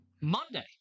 Monday